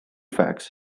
facts